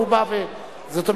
זאת אומרת,